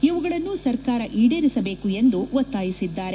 ಇವುಗಳನ್ನು ಸರ್ಕಾರ ಈಡೇರಿಸಬೇಕು ಎಂದು ಒತ್ತಾಯಿಸಿದ್ದಾರೆ